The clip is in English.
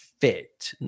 fit